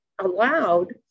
allowed